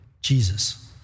Jesus